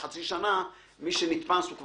עורכת הדין כספי, זה לא חשוב.